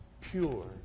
pure